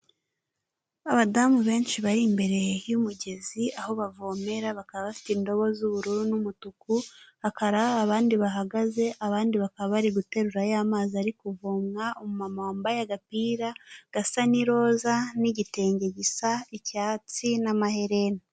Abadamu benshi bari imbere y'umugezi aho bavomera bakaba bafite indobo z'ubururu n'umutuku, hakaba hari abandi bahagaze, abandi bakaba bari guterura ya mazi ari kuvoma. Umumama wambaye agapira gasa n'iroza n'igitenge gisa icyatsi n'amaherena.